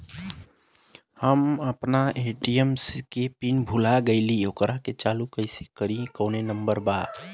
हम अपना ए.टी.एम के पिन भूला गईली ओकरा के चालू कइसे करी कौनो नंबर बा?